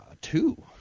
two